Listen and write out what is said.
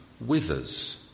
withers